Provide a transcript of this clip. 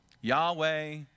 Yahweh